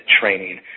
training